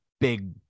big